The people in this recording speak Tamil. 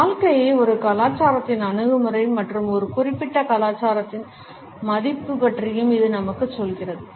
வாழ்க்கையை ஒரு கலாச்சாரத்தின் அணுகுமுறை மற்றும் ஒரு குறிப்பிட்ட கலாச்சாரத்தின் மதிப்பு பற்றியும் இது நமக்கு சொல்கிறது